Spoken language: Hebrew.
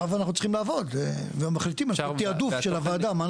עכשיו אנחנו צריכים לעבוד ולהחליט על תיעדוף של הוועדה.